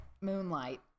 Moonlight